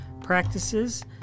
practices